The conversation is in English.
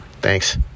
Thanks